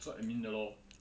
做 admin 的 lor